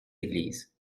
églises